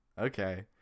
Okay